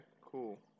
cool